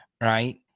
right